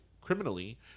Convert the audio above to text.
criminally